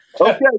Okay